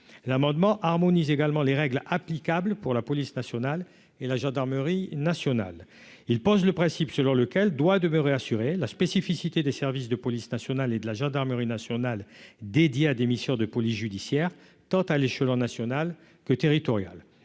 l'amendement harmonise également les règles applicables pour la police nationale et la gendarmerie nationale, il pose le principe selon lequel doit demeurer, assurer la spécificité des services de police nationale et de la gendarmerie nationale dédié à des missions de police judiciaire, tant à l'échelon national que territorial,